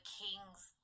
king's